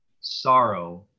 sorrow